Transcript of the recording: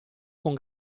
con